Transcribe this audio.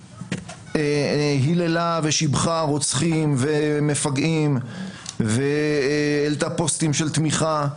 שהיללה ושיבחה רוצחים ומפגעים והעלתה פוסטים של תמיכה,